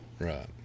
Right